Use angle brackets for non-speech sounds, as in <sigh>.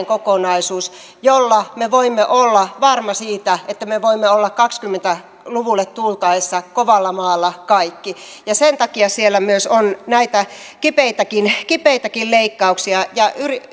<unintelligible> kokonaisuus jolla me voimme olla varmoja siitä että me voimme olla kaksikymmentä luvulle tultaessa kovalla maalla kaikki sen takia siellä on myös näitä kipeitäkin kipeitäkin leikkauksia